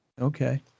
okay